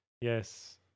Yes